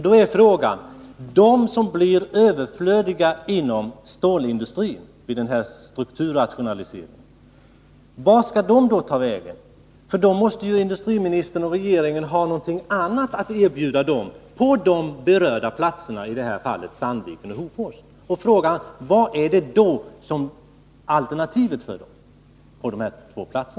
Då är frågan vart de skedanden.vid: som blir överflödiga vid den här strukturrationaliseringen inom stålindustrin Sandvik AB-och skall ta vägen. Då måste ju industriministern och regeringen ha någonting SKF annat att erbjuda dem på de berörda platserna — i detta fall i Sandviken och Hofors. Frågan är: Vilket är alternativet för de här människorna på dessa två platser?